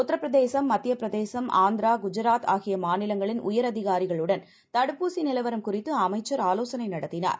உத்தரப்பிரதேசம் மத்தியபிரதேசம் ஆந்திராகுஜராத்ஆகியமாநிலங்களின்உயர்அதிகாரிகளுடன்தடுப்பூசிநிலவர ம்குறித்துஅமைச்சர்ஆலோசனைநடத்தினார்